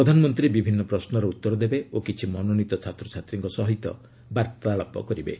ପ୍ରଧାନମନ୍ତ୍ରୀ ବିଭିନ୍ନ ପ୍ରଶ୍ନର ଉତ୍ତର ଦେବେ ଓ କିଛି ମନୋନୀତ ଛାତ୍ରଛାତ୍ରୀଙ୍କ ସହ ବାର୍ତ୍ତାଳାପ କରିବେ